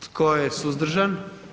Tko je suzdržan?